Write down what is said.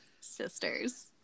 Sisters